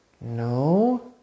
No